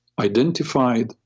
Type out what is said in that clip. identified